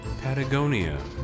Patagonia